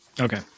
Okay